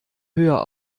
höher